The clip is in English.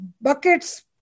Buckets